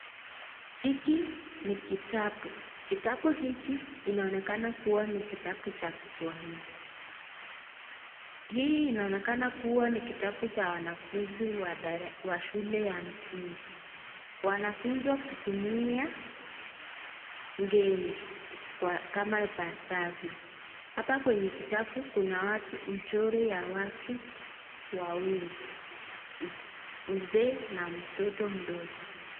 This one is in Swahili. Hiki ni kitabu kitabu hiki kinaonekana kuwa ni kitabu cha kiswahili. Hii inaonekana kuwa ni kitabucha wanafunzi wa shule ya msingi. Wanafunzwa wa kutumia ngeli kama ipasavyo. Hapa kwenye kitabu kuna michoro ya watu wawili, mzee na mtoto mdogo.